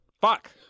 Fuck